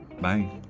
Bye